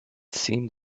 seemed